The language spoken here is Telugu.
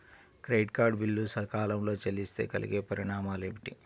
క్రెడిట్ కార్డ్ బిల్లు సకాలంలో చెల్లిస్తే కలిగే పరిణామాలేమిటి?